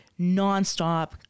nonstop